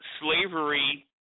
slavery